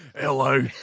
Hello